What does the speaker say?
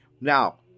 Now